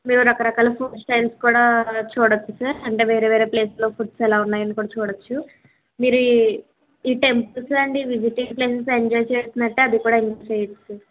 మీరు రకరకాల food stands కూడా చూడచ్చు సార్ అంటే వేరే వేరే ప్లేసెస్లో ఫుడ్స్ ఎలా ఉన్నాయి అని కూడా చూడచ్చు మీరు ఈ ఈ temples and visiting places enjoy చేసినట్టే అవి కూడా ఎంజాయ్ చెయ్యచ్చు